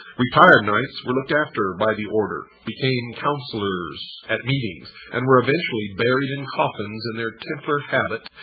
retired knights were looked after by the order, became counselors at meetings, and were eventually buried in coffins in their templar habit,